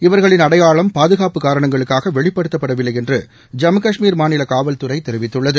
இவர்களின் அடையாளம் பாதுகாப்பு காரணங்களுக்காகவெளிப்படுத்தப்படவில்லைஎன்று ஜம்மு கஷ்மீர் மாநிலகாவல்துறைதெரிவித்துள்ளது